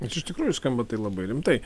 bet iš tikrųjų skamba tai labai rimtai